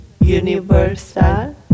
Universal